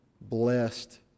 blessed